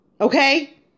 okay